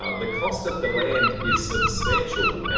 ah the cost of the land is substantial.